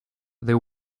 they